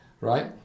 right